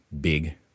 big